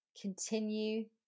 Continue